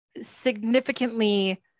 significantly